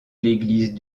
l’église